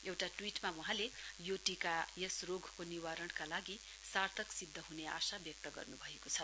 एउटा ट्वीटमा वहाँले यो टीका यस रोगको निवारणका लागि सार्थक सिद्ध हुने व्यक्त गर्नुभएको छ